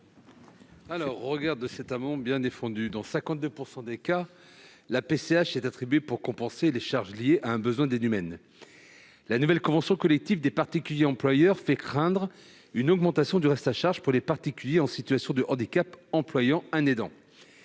est l'avis de la commission ? Dans 52 % des cas, la PCH est attribuée pour compenser les charges liées à un besoin d'aide humaine, mais la nouvelle convention collective des particuliers employeurs fait craindre une augmentation du reste à charge pour les particuliers en situation de handicap employant un aidant.